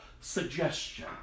suggestion